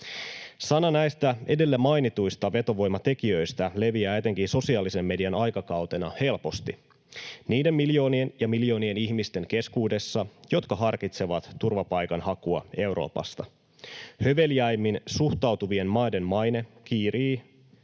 Sana näistä edellä mainituista vetovoimatekijöistä leviää etenkin sosiaalisen median aikakautena helposti niiden miljoonien ja miljoonien ihmisten keskuudessa, jotka harkitsevat turvapaikanhakua Euroopasta. Höveleimmin suhtautuvien maiden maine kiirii